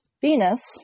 Venus